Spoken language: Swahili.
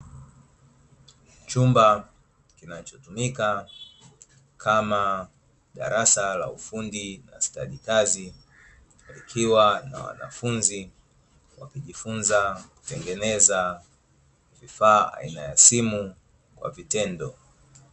Chumba kinachotumika kama darasa la ufundi na stadi kazi likiwa na wanafunzi wakijifunza kutengeneza kifaa aina ya simu kwa vitendo.